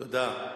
תודה.